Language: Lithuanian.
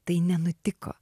tai nenutiko